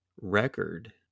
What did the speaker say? record